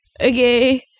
Okay